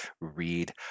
read